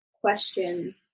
question